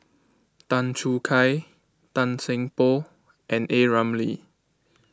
Tan Choo Kai Tan Seng Poh and A Ramli